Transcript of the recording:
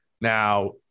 Now